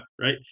right